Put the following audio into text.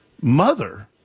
mother